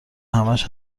همش